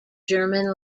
german